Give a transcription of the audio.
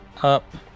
up